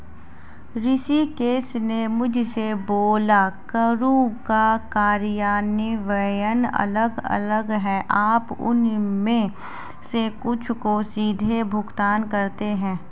ऋषिकेश ने मुझसे बोला करों का कार्यान्वयन अलग अलग है आप उनमें से कुछ को सीधे भुगतान करते हैं